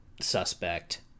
suspect